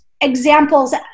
examples